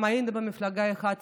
גם היינו במפלגה אחת,